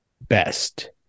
Best